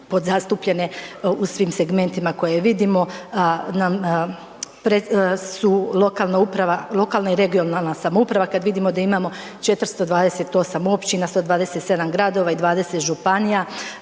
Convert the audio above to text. podzastupljene u svim segmentima koje vidimo, su lokalna uprava, lokalna i regionalna samouprava kad vidimo da imamo 428 općina, 127 gradova i 20 županija,